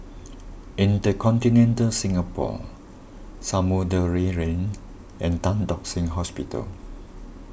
Intercontinental Singapore Samudera Lane and Tan Tock Seng Hospital